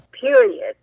period